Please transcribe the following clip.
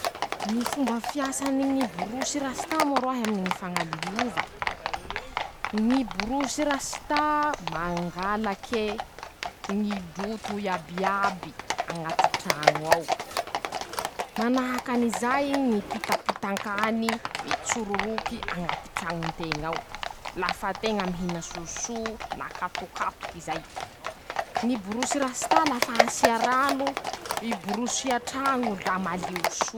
Ñy fomba fiasany ñy borosy rasta moa roehy aminy ñy fañaliova: -ñy borosy rasta aaa mangalake ñy loto iabiaby añaty traño ao. manahak'anizay ñy mpitapitan-kany mitsororoky añaty trañon-teña ao. lafa teña mihina soso na katokatoky zay. ñy borosy rasta lafa asia rano. iborosia traño la malio soa.